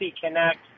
Connect